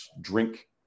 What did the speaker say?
drink